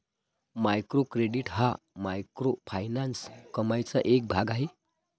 micro credit हा microfinance कमाईचा एक भाग आहे